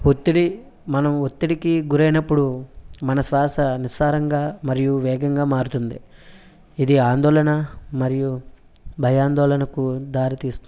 ఒత్తిడి మనం ఒత్తిడికి గురైనపుడు మన శ్వాస నిస్సారంగా మరియు వేగంగా మారుతుంది ఇది ఆందోళన మరియు భయోందోళనకు దారితీస్తుంది